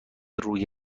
روی